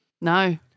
No